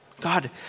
God